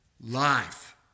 Life